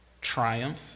triumph